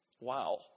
Wow